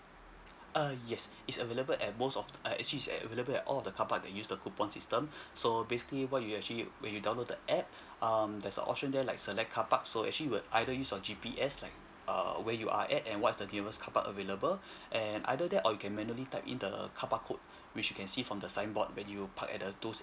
uh yes it's available at most of err actually is available at all the car park that use the coupon system so basically what you actually when you download the app um there's an option there like select car parks so actually would either use your G_P_S like err where you are at and what are the nearest car parks available and either that or you can manually type in the car park code which you can see from the signboard when you park at the those area